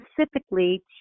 specifically